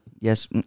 Yes